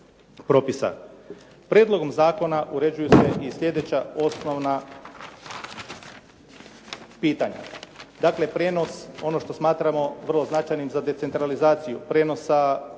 Prijedlogom zakona uređuju se i sljedeća osnovna pitanja. Dakle prijenos ono što smatramo vrlo značajnim za decentralizaciju prijenosa